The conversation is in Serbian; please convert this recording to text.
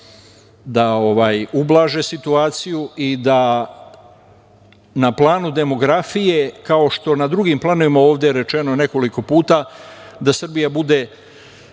da ublaže situaciju, i da na planu demografije, kao što na drugim planovima ovde rečeno nekoliko puta, da Srbija bude